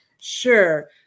Sure